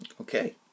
Okay